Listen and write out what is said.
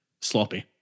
sloppy